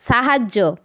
সাহায্য